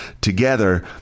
together